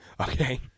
Okay